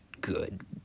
good